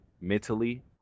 mentally